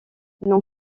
non